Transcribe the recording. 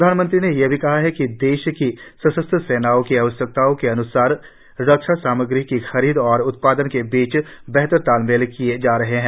प्रधानमंत्री ने यह भी कहा कि देश की सशस्त्र सेनाओं की आवश्यकताओं के अन्सार रक्षा सामग्री की खरीद और उत्पादन के बीच बेहतर तालमेल किया जा रहा है